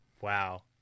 Wow